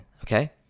Okay